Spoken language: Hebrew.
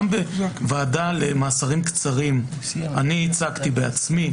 גם בוועדה למאסרים קצרים אני ייצגתי בעצמי.